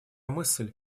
мысль